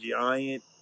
giant